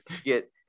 get